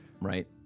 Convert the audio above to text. right